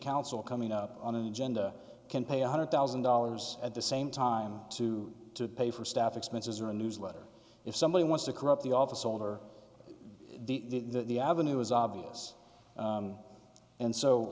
council coming up on an agenda can pay one hundred thousand dollars at the same time to pay for staff expenses or a newsletter if somebody wants to corrupt the office holder the avenue is obvious and so